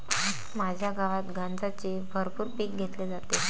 माझ्या गावात गांजाचे भरपूर पीक घेतले जाते